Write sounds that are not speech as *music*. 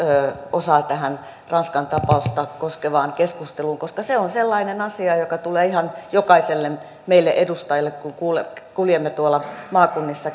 osaa tähän ranskan tapausta koskevaan keskusteluun koska se on sellainen asia joka tulee ihan jokaiselle meistä edustajista kun kuljemme tuolla maakunnissa *unintelligible*